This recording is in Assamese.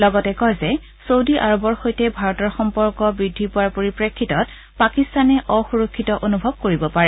লগতে কয় যে চৌদী আৰৱৰ সৈতে ভাৰতৰ সম্পৰ্ক বৃদ্ধি পোৱাৰ পৰিপ্ৰেক্ষিতত পাকিস্তানে অসুৰক্ষিত অনুভৱ কৰিব পাৰে